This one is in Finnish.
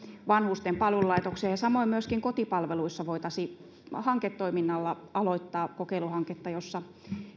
vanhusten palvelulaitoksia ja samoin myöskin kotipalveluissa voitaisiin hanketoiminnalla aloittaa kokeiluhanketta jossa